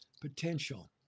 potential